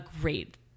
great